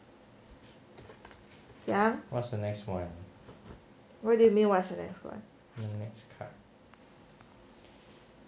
ya what do you mean what's the next one 看